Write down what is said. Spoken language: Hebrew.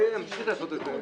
אני מחדש את הדיון.